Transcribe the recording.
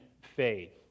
faith